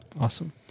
Awesome